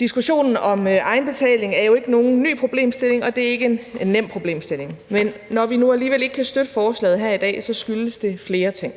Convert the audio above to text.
Diskussionen om egenbetaling er jo ikke nogen ny problemstilling, og det er ikke nogen nem problemstilling, men når vi nu alligevel ikke kan støtte forslaget her i dag, skyldes det flere ting.